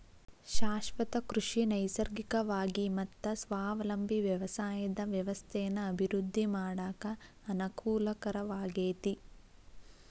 ಶಾಶ್ವತ ಕೃಷಿ ನೈಸರ್ಗಿಕವಾಗಿ ಮತ್ತ ಸ್ವಾವಲಂಬಿ ವ್ಯವಸಾಯದ ವ್ಯವಸ್ಥೆನ ಅಭಿವೃದ್ಧಿ ಮಾಡಾಕ ಅನಕೂಲಕರವಾಗೇತಿ